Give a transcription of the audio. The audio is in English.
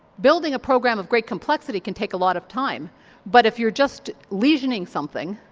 building a program of great complexity can take a lot of time but if you're just lesioning something,